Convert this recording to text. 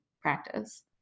practice